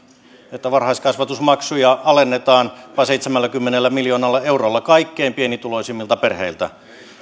että varhaiskasvatusmaksuja alennetaan jopa seitsemälläkymmenellä miljoonalla eurolla kaikkein pienituloisimmilta perheiltä